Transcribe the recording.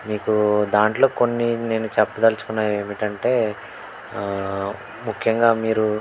మీకు దాంట్లో కొన్ని నేను చెప్పదలుచుకున్నవి ఏమిటంటే ముఖ్యంగా మీరు